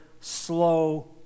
slow